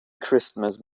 christmas